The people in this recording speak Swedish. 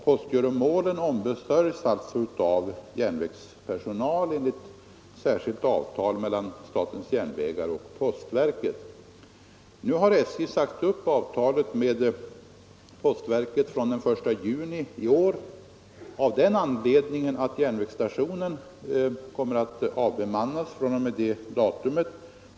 Postgöromålen ombesörjs alltså av järnvägspersonal enligt särskilt avtal mellan statens järnvägar och postverket. Nu har SJ sagt upp avtalet med postverket från den 1 juni i år av den anledningen att järnvägsstationen kommer att avbemannas från detta datum.